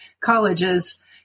colleges